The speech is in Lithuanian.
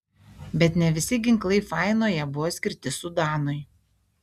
bet ne visi ginklai fainoje buvo skirti sudanui